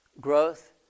growth